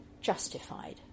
justified